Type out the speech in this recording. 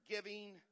giving